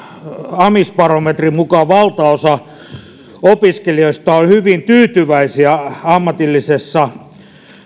amisbarometrin mukaan valtaosa opiskelijoista on hyvin tyytyväisiä ammatillisessa